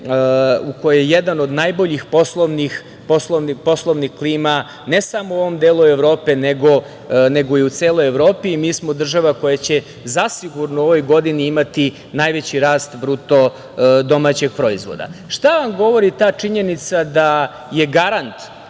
u kojoj je jedna od najboljih poslovnih klima ne samo u ovom delu Evrope, nego i u celoj Evropi i mi smo država koja će zasigurno u ovoj godini imati najveći rast BDP-a. Šta vam govori ta činjenica da je garant